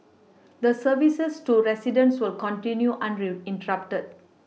the services to residents will continue uninterrupted